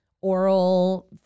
oral